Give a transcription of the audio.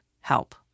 help